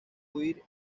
huir